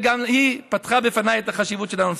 וגם היא פתחה בפניי את החשיבות של הנושא.